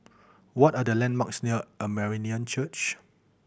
what are the landmarks near Armenian Church